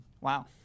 Wow